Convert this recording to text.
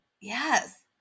yes